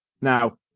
Now